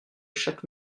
chaque